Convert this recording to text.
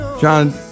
John